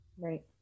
Right